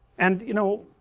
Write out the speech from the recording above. and, you know,